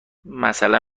مثلا